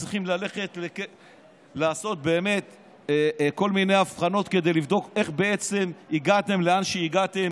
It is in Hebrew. צריכים ללכת לעשות כל מיני אבחנות כדי לבדוק איך בעצם הגעתם לאן שהגעתם,